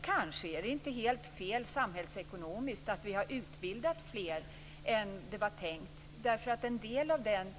Kanske är det inte helt fel samhällsekonomiskt att vi har utbildat fler än det var tänkt, därför att en del av den